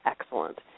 excellent